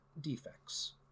defects